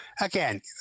again